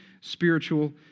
spiritual